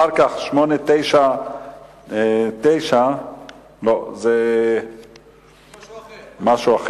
אחר כך, 899. לא, זה משהו אחר.